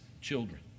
children